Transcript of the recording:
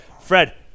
Fred